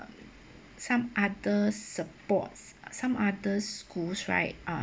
some other supports some others schools right ah